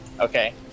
Okay